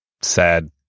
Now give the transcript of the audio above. sad